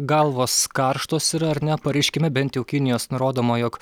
galvos karštos yra ar ne pareiškime bent jau kinijos nurodoma jog